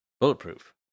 bulletproof